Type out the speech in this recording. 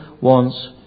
wants